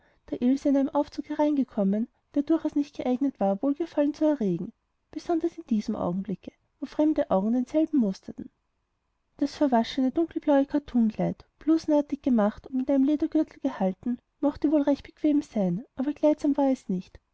einem aufzuge hereingekommen der durchaus nicht geeignet war wohlgefallen zu erregen besonders in diesem augenblicke wo fremde augen denselben musterten das verwaschene dunkelblaue kattunkleid blusenartig gemacht und mit einem ledergürtel gehalten mochte wohl recht bequem sein aber kleidsam war es nicht